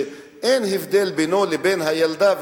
שאין הבדל בינו לבין הילדה,